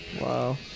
Wow